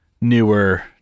newer